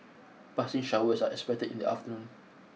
passing showers are expected in the afternoon